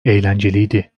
eğlenceliydi